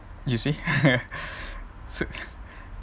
you see so